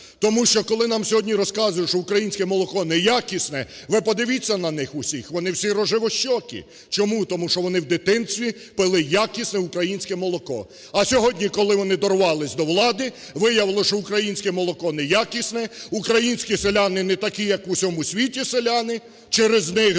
Тому що, коли нам сьогодні розказують, що українське молоко неякісне, ви подивіться на них усіх: вони всі рожевощокі. Чому? Тому що вони в дитинстві пили якісне українське молоко. А сьогодні, коли вони дорвались до влади, виявилось, що українське молоко неякісне, українські селяни не такі, які в усьому світі селяни, через них, до